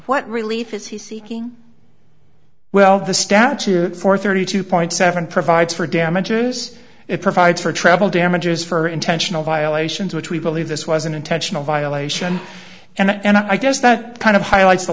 what relief is he seeking well the statute for thirty two point seven provides for damages it provides for treble damages for intentional violations which we believe this was an intentional violation and i guess that kind of highlights the